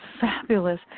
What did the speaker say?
fabulous